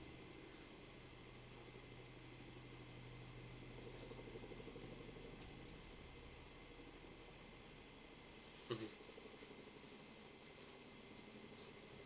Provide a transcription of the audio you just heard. mmhmm